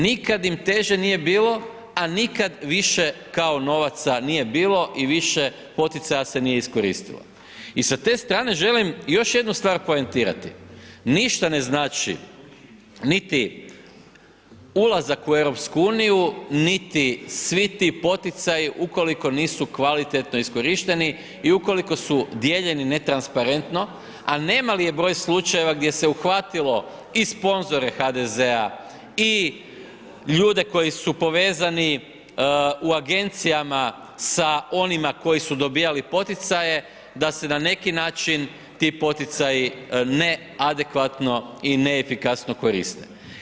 Nikad im teže nije bilo, a nikad više kao novaca nije bilo i više poticaja se nije iskoristilo i sa te strane želim još jednu stvar poentirati, ništa ne znači niti ulazak u EU, niti svi ti poticaji ukoliko nisu kvalitetno iskorišteni i ukoliko su dijeljeni netransparentno, a nemali je broj slučajeva gdje se uhvatilo i sponzore HDZ-a i ljude koji su povezani u agencijama sa onima koji su dobijali poticaje da se na neki način ti poticaji ne adekvatno i ne efikasno koriste.